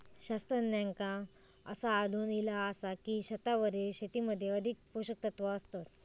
शास्त्रज्ञांका असा आढळून इला आसा की, छतावरील शेतीमध्ये अधिक पोषकतत्वा असतत